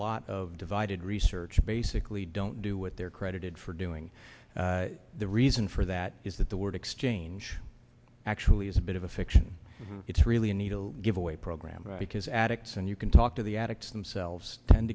lot of divided research basically don't do what they're credited for doing the reason for that is that the exchange actually is a bit of a fiction it's really a needle giveaway program because addicts and you can talk to the addicts themselves tend